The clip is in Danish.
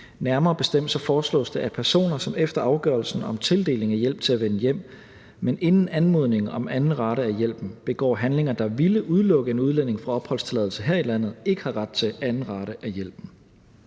Nærmere bestemt foreslås det, at personer, som efter afgørelsen om tildeling af hjælp til at vende hjem, men inden anmodningen om anden rate af hjælpen, begår handlinger, der ville udelukke en udlænding fra opholdstilladelse her i landet, ikke har ret til anden rate af hjælpen.